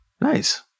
Nice